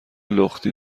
لختی